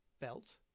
belt